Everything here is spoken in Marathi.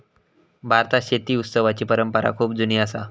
भारतात शेती उत्सवाची परंपरा खूप जुनी असा